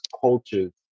cultures